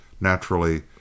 Naturally